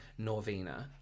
Norvina